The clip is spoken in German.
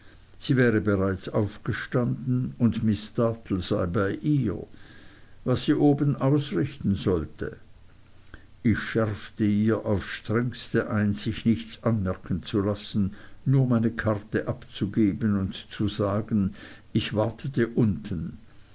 sie wäre bereits aufgestanden und miß dartle sei bei ihr was sie oben ausrichten sollte ich schärfte ihr aufs strengste ein sich nichts anmerken zu lassen nur meine karte abzugeben und zu sagen ich wartete unten